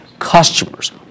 Customers